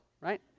right